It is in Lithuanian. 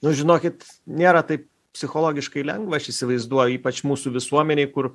nu žinokit nėra taip psichologiškai lengva aš įsivaizduoju ypač mūsų visuomenėj kur